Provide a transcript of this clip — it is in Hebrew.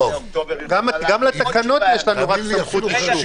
גם לתקנות יש לנו רק סמכות ביטול.